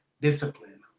discipline